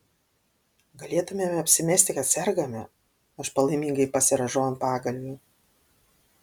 galėtumėme apsimesti kad sergame aš palaimingai pasirąžau ant pagalvių